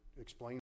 explain